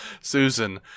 susan